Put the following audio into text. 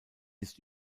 ist